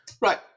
Right